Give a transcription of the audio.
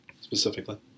specifically